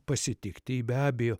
pasitikti jį be abejo